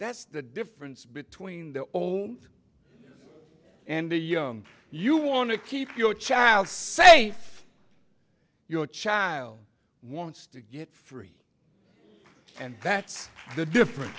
that's the difference between the old and the young you want to keep your child safe your child wants to get free and that's the difference